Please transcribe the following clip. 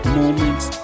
moments